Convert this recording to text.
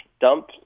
dump